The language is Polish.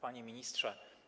Panie Ministrze!